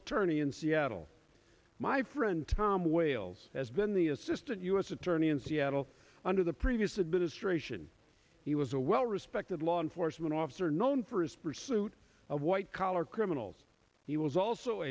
attorney in seattle my friend tom wales has been the assistant u s attorney in seattle under the previous administration he was a well respected law enforcement officer known for his pursuit of white collar criminals he was also